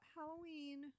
Halloween